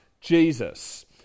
Jesus